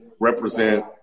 represent